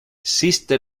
sister